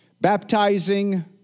baptizing